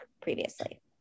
previously